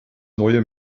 neue